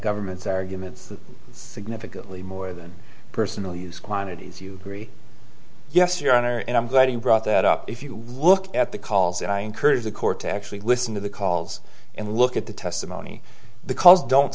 government's arguments that significantly more than personal use quantities you agree yes your honor and i'm glad you brought that up if you look at the calls and i encourage the court to actually listen to the calls and look at the testimony the cause don't